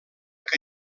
que